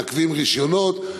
מעכבים רישיונות,